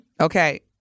Okay